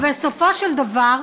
ובסופו של דבר,